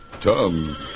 Tom